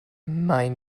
mein